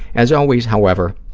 as always, however,